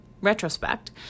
retrospect